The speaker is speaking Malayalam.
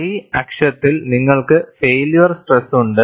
Y അക്ഷത്തിൽ നിങ്ങൾക്ക് ഫൈയില്യർ സ്ട്രെസ്സുണ്ട്